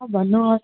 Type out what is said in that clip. भन्नु होस्